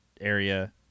area